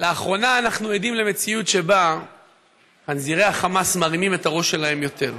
לאחרונה אנחנו עדים למציאות שבה חנזירי החמאס מרימים את הראש שלהם יותר.